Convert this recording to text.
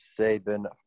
Saban